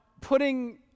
putting